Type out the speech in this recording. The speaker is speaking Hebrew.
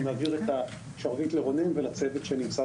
מעביר את השרביט לרונן הרשקו ולצוות שנמצא